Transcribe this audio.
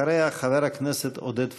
אחריה, חבר הכנסת עודד פורר.